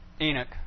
Enoch